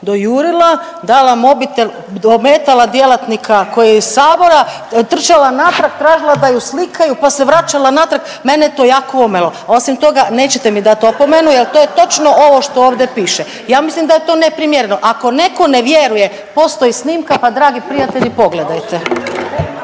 dojurila, dala mobitel, ometala djelatnika koji je iz Sabora, trčala natrag tražila da je slikaju pa se vraćala natrag. Mene je to jako omelo, a osim toga nećete mi dati opomenu jer to je točno ovo što ovdje piše. Ja mislim da je to neprimjereno. Ako netko ne vjeruje postoji snimka pa dragi prijatelji pogledajte.